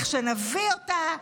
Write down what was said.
לכשנביא אותה,